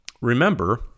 remember